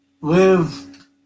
Live